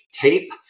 tape